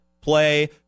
play